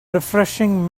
refreshing